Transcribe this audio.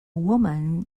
woman